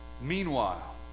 Meanwhile